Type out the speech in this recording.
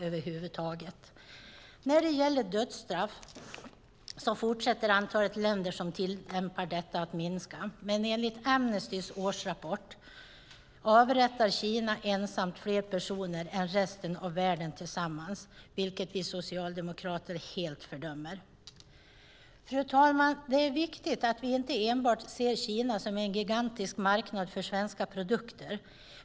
Antalet länder som tillämpar dödsstraff fortsätter att minska, men enligt Amnestys årsrapport avrättar Kina ensamt fler personer än resten av världen tillsammans, vilket vi socialdemokrater helt fördömer. Fru talman! Det är viktigt att vi inte enbart ser Kina som en gigantisk marknad för svenska produkter.